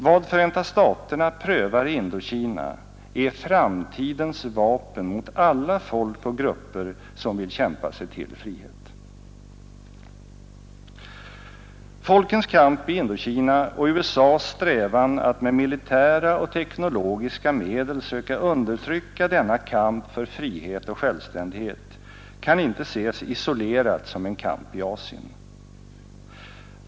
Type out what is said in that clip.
Vad Förenta staterna prövar i Indokina är framtidens vapen mot alla folk och grupper som vill kämpa sig till frihet. Folkens kamp i Indokina och USA:s strävan att med militära och teknologiska medel söka undertrycka denna kamp för frihet och självständighet kan inte ses isolerat som en kamp i Asien.